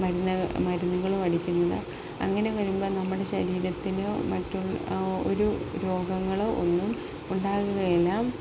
മരുന്നുകളും അടിക്കുന്നത് അങ്ങനെ വരുമ്പോള് നമ്മുടെ ശരീരത്തിനോ മറ്റുമൊരു രോഗങ്ങളോ ഒന്നുമുണ്ടാവുകയില്ല